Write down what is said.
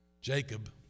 Jacob